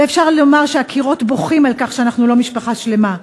ואפשר לומר שהקירות בוכים על כך שאנחנו לא משפחה שלמה.